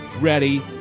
ready